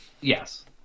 Yes